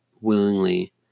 willingly